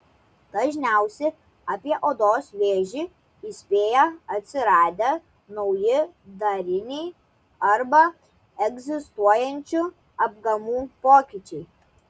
dažniausi apie odos vėžį įspėja atsiradę nauji dariniai arba egzistuojančių apgamų pokyčiai